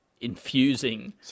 infusing